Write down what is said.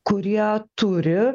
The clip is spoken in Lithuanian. kurie turi